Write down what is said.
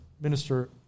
minister